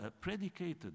predicated